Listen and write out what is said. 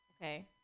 Okay